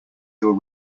your